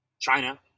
China